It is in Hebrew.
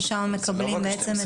ששמה מקבלים בעצם את התעודה.